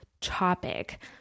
topic